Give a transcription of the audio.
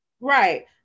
Right